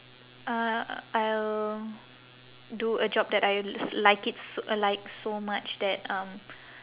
uh I'll do a job that I s~ like it s~ like so much that um